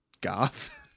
goth